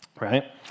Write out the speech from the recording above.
right